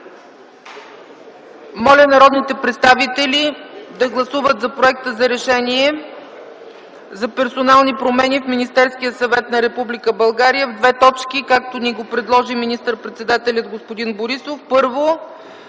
Моля народни представители да гласуват проекта за Решение за персонални промени в Министерския съвет на Република България в две точки, както ни го предложи министър - председателят господин Борисов: първо,